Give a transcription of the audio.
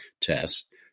test